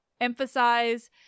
emphasize